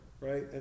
right